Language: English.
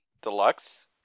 Deluxe